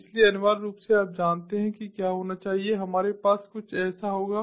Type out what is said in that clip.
इसलिए अनिवार्य रूप से आप जानते हैं कि क्या होना चाहिए हमारे पास कुछ ऐसा होगा